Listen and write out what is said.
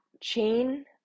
chain